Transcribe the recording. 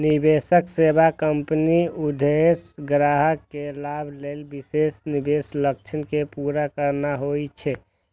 निवेश सेवा कंपनीक उद्देश्य ग्राहक के लाभ लेल विशेष निवेश लक्ष्य कें पूरा करना होइ छै